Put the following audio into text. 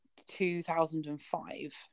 2005